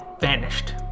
Vanished